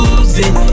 Losing